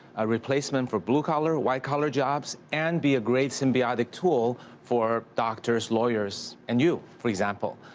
a replacement for blue-collar, white-collar jobs, and be a great symbiotic tool for doctors, lawyers, and you, for example.